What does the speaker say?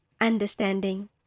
Understanding